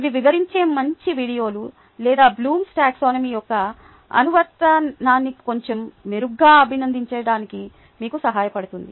ఇవి వివరించే మంచి వీడియోలు లేదా బ్లూమ్స్ టాక్సానమీBloom's Taxonomy యొక్క అనువర్తనాన్ని కొంచెం మెరుగ్గా అభినందించడానికి మీకు సహాయపడతాయి